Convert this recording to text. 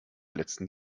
letzten